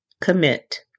commit